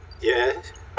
yes